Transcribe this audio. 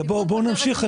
בואו נמשיך.